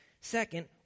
Second